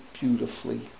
beautifully